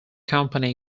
company